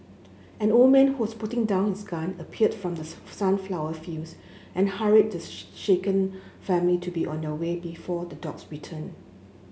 an old man who was putting down his gun appeared from the sunflower fields and hurried the shaken family to be on their way before the dogs return